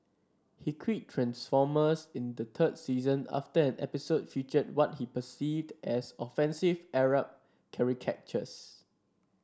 he quit transformers in the third season after an episode featured what he perceived as offensive Arab caricatures